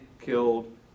killed